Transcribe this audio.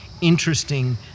interesting